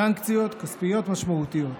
סנקציות כספיות משמעותיות,